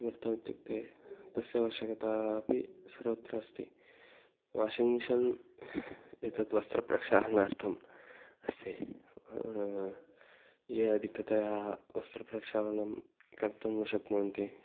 किमर्थमित्युक्ते तस्य आवश्यकतापि सर्वत्र अस्ति वाशिङ्ग् मिशन् एतद्वस्त्रप्रक्षालनार्थम् अस्ति ये अधिकतया वस्त्रप्रक्षालनं कर्तुं न शक्नुवन्ति